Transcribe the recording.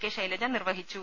K Shailaja നിർവഹിച്ചു